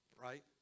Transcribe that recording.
right